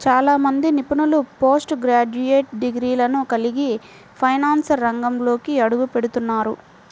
చాలా మంది నిపుణులు పోస్ట్ గ్రాడ్యుయేట్ డిగ్రీలను కలిగి ఫైనాన్స్ రంగంలోకి అడుగుపెడుతున్నారు